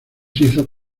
hizo